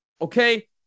Okay